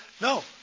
No